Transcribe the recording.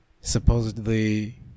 supposedly